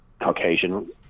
Caucasian